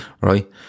right